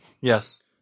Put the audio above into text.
Yes